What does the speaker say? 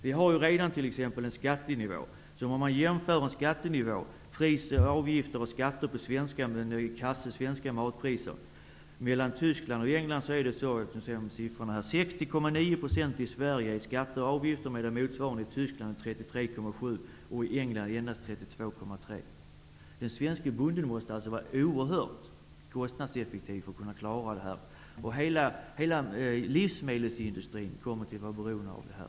Vår skattenivå är t.ex. redan sådan att man vid en jämförelse mellan skatter och avgifter på en kasse matvaror i Sverige, Tyskland och England finner att de i Sverige uppgår till 60,9 % men i Tyskland till Den svenske bonden måste vara oerhört kostnadseffektiv för att kunna klara en sådan situation. Hela livsmedelsindustrin kommer att vara beroende av detta.